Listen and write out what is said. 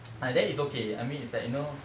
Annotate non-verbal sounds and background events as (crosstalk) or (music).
(noise) ah that is okay I mean it's like you know